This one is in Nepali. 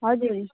हजुर